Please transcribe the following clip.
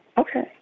okay